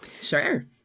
Sure